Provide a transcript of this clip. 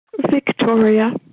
Victoria